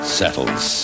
settles